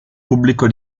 pubblico